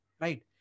Right